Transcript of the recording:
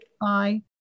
Bye